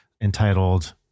entitled